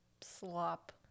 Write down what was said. slop